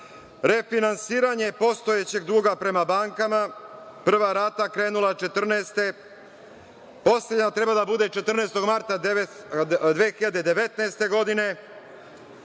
refinansiranje postojećeg duga prema bankama. Prva rata krenula 2014. godine, poslednja treba da bude 14. marta 2019. godine